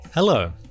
Hello